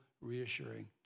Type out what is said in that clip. reassuring